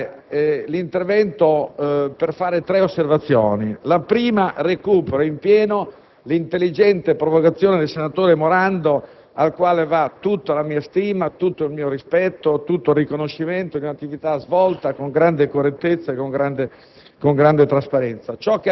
otto minuti. Interverrò per fare tre osservazioni. La prima recupera in pieno l'intelligente provocazione del senatore Morando, al quale va tutta la mia stima e il mio rispetto nel riconoscimento dell'attività svolta con grande correttezza e con grande